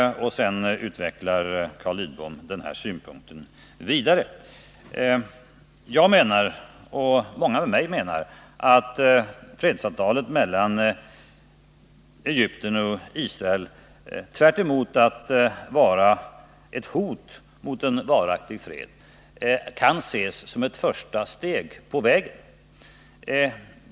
— Sedan utvecklar Carl Lidbom den synpunkten vidare. Jag menar, och många med mig menar, att fredsavtalet mellan Egypten och Israel tvärtemot att vara ett hot mot en varaktig fred kan ses som ett första steg på vägen.